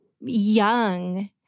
young